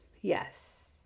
yes